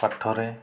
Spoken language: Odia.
ପାଠରେ